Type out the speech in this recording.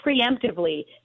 preemptively